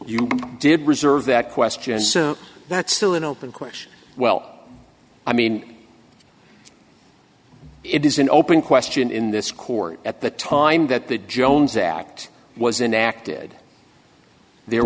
you did reserve that question so that's still an open question well i mean it is an open question in this court at the time that the jones act was enacted there